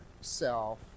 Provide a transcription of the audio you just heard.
self